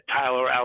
Tyler